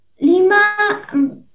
lima